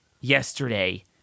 yesterday